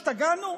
השתגענו?